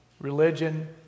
religion